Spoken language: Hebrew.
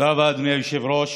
תודה רבה, אדוני היושב-ראש.